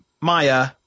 Maya